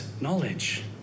knowledge